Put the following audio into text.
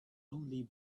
only